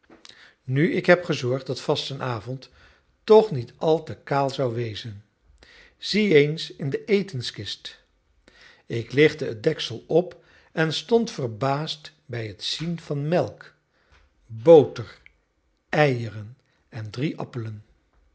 nu ik heb gezorgd dat vastenavond toch niet al te kaal zou wezen zie eens in de etenskist ik lichtte het deksel op en stond verbaasd bij het zien van melk boter eieren en drie appelen